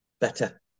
better